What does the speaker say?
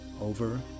Over